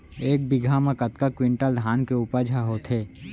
एक बीघा म कतका क्विंटल धान के उपज ह होथे?